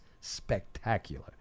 spectacular